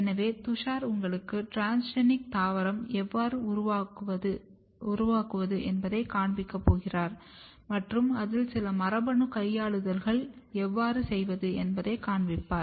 எனவே துஷார் உங்களுக்கு டிரான்ஸ்ஜெனிக் தாவரத்தை எவ்வாறு உருவாக்குவது காண்பிக்கப் போகிறார் மற்றும் அதில் சில மரபணு கையாளுதல்களை எவ்வாறு செய்வது என்பதை காண்பிக்கப் போகிறார்